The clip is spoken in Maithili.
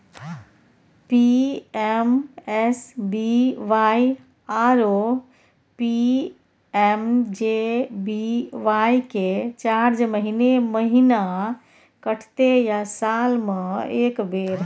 पी.एम.एस.बी.वाई आरो पी.एम.जे.बी.वाई के चार्ज महीने महीना कटते या साल म एक बेर?